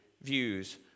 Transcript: views